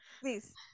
please